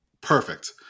perfect